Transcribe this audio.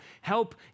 help